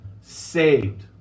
saved